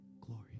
glory